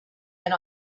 and